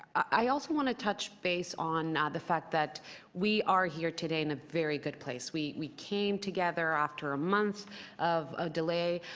i also want to touch base on ah the fact that we are here today in a very good place. we we came together after a month of of delay,